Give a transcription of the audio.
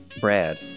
Brad